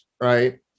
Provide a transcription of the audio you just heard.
right